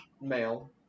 male